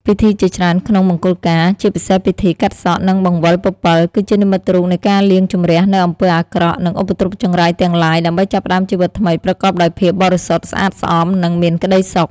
ពិធីជាច្រើនក្នុងមង្គលការ ជាពិសេសពិធី កាត់សក់ និង បង្វិលពពិល គឺជានិមិត្តរូបនៃការលាងជម្រះនូវអំពើអាក្រក់ និងឧបទ្រពចង្រៃទាំងឡាយ ដើម្បីចាប់ផ្តើមជីវិតថ្មីប្រកបដោយភាពបរិសុទ្ធ ស្អាតស្អំ និងមានក្តីសុខ ។